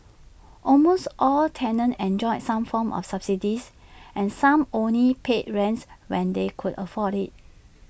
almost all tenants enjoyed some form of subsidy and some only paid rents when they could afford IT